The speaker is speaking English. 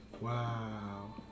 Wow